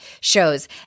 shows